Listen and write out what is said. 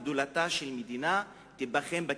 גדולתה של מדינה תיבחן בקיצוצים.